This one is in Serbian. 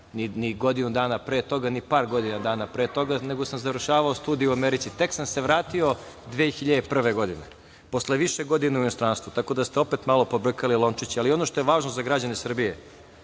ni godinu dana pre toga, ni par godina pre toga, nego sam završavao studije u Americi. Tek sam se vratio 2001. godine, posle više godina u inostranstvu, tako da ste opet malo pobrkali lončiće. Ono što je važno za građane Srbije